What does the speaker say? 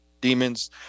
demons